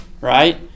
right